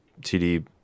TD